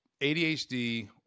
ADHD